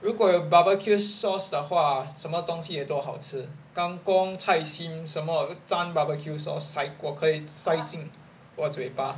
如果有 barbecue sauce 的话什么东西都好吃 kang kong cai sim 什么沾 barbecue sauce 才可我才可以塞进我嘴巴